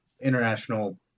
international